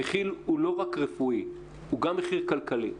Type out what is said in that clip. המחיר הוא לא רפואי, הוא גם מחיר כלכלי.